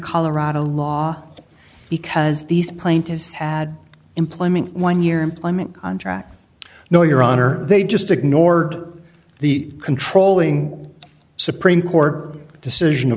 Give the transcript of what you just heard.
colorado law because these plaintiffs had employment one year employment contracts no your honor they just ignored the controlling supreme court decision